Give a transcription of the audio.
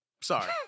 Sorry